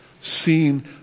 seen